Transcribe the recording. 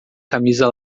camisa